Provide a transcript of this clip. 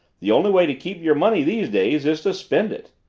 the only way to keep your money these days is to spend it.